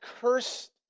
cursed